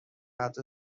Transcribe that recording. عهد